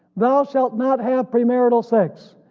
thou shalt not have premarital sex,